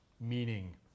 meaning